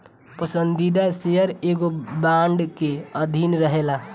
पसंदीदा शेयर एगो बांड के अधीन रहेला